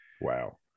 Wow